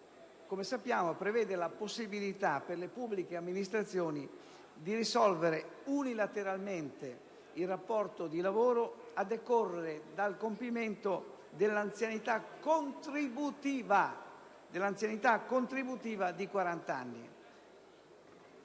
come sappiamo, prevede la possibilità per la pubbliche amministrazioni di risolvere unilateralmente il rapporto di lavoro a decorrere dal compimento dell'anzianità contributiva di quarant'anni.